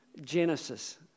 Genesis